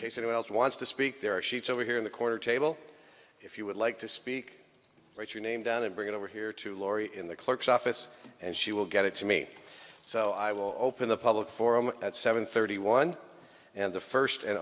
anyone else wants to speak their sheets over here in the corner table if you would like to speak write your name down and bring it over here to laurie in the clerk's office and she will get it to me so i will open the public forum at seven thirty one and the first and